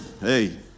hey